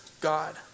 God